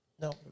no